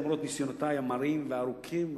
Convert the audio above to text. למרות ניסיונותי המרים והארוכים,